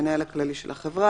המנהל הכללי של החברה,